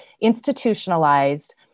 institutionalized